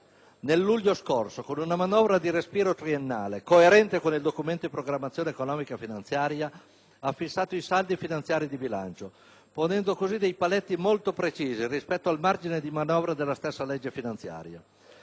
Nel luglio scorso, con una manovra di respiro triennale coerente con il Documento di programmazione economico-finanziaria, ha fissato i saldi finanziari di bilancio, ponendo così dei paletti molto precisi rispetto al margine di manovra della stessa legge finanziaria,